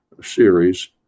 series